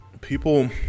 People